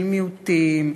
של מיעוטים,